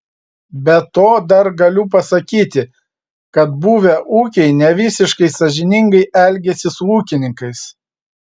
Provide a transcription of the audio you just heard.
be to dar galiu pasakyti kad buvę ūkiai nevisiškai sąžiningai elgiasi su ūkininkais